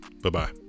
Bye-bye